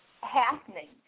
happening